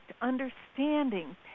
understanding